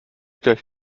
gleich